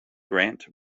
grant